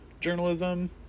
journalism